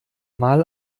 mal